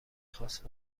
خواست